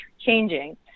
changing